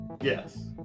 Yes